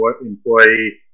employee